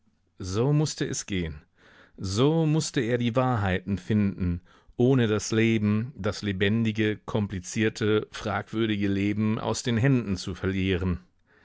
so mußte es gehen so mußte er die wahrheiten finden ohne das leben das lebendige komplizierte fragwürdige leben aus den händen zu verlieren